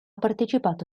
partecipato